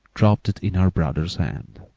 dropped it in her brother's hand.